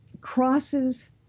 crosses